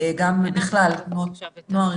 וגם בכלל תנועות נוער,